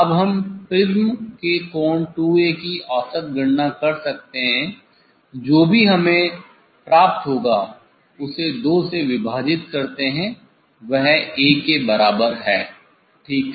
अब हम प्रिज्म के कोण '2A' की औसत गणना कर सकते हैं जो भी हमें प्राप्त होगा उसे 2 से विभाजित करते हैं वह 'A' के बराबर है ठीक है